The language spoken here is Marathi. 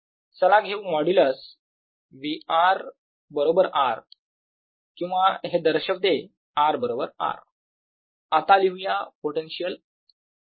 चला घेऊ मोड्युलस V r बरोबर R वर किंवा हे दर्शवते r बरोबर R आता लिहूया पोटेन्शियल